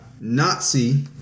Nazi